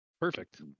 Perfect